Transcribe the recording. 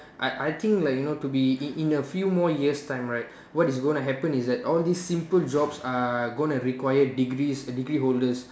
I I think like you know to be in in a few more years time right what is going to happen is that all these simple jobs are going to require degrees degree holders